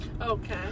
okay